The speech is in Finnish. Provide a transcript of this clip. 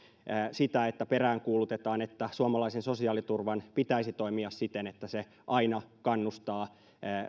että peräänkuulutetaan että suomalaisen sosiaaliturvan pitäisi toimia siten että se aina kannustaa